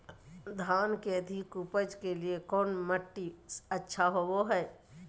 धान के अधिक उपज के लिऐ कौन मट्टी अच्छा होबो है?